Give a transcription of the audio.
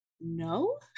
no